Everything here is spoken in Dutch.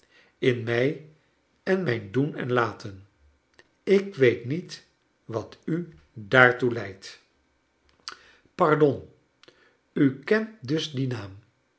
in mij en mijn doen en laten ik weet niet wat u daartoe leidt pardon u kent dus dien naam